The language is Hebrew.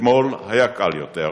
אתמול היה קל יותר,